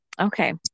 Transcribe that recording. okay